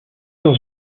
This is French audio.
dans